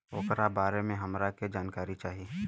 ओकरा बारे मे हमरा के जानकारी चाही?